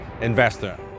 investor